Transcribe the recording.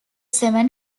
seven